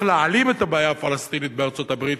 להעלים את הבעיה הפלסטינית בארצות-הברית,